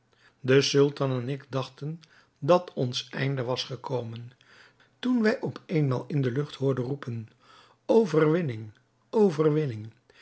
de sultan en ik dachten dat ons einde was gekomen toen wij op eenmaal in de lucht hoorden roepen overwinning overwinning